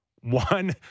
one